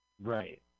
Right